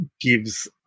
gives